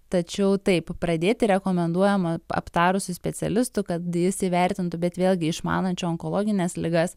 tačiau taip pradėti rekomenduojama aptarus su specialistu kad jis įvertintų bet vėlgi išmanančiu onkologines ligas